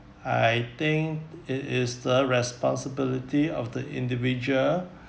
I think it is the responsibility of the individual